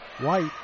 White